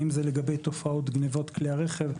אם זה לגבי תופעות גניבות כלי רכב,